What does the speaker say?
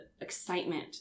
excitement